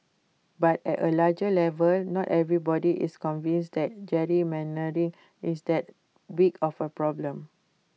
but at A larger level not everybody is convinced that gerrymandering is that big of A problem